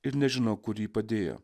ir nežino kur jį padėjo